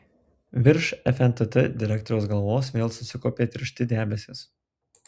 virš fntt direktoriaus galvos vėl susikaupė tiršti debesys